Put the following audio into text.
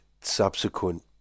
subsequent